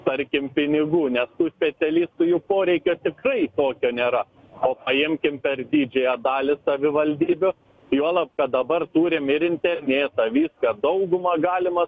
tarkim pinigų nes tų specialistų jų poreikio tikrai kokio nėra o paimkim per didžiąją dalį savivaldybių juolab kad dabar turim ir internetą viską daugumą galima